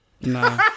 Nah